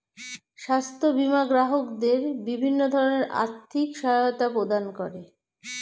স্বাস্থ্য বীমা গ্রাহকদের বিভিন্ন ধরনের আর্থিক সহায়তা প্রদান করে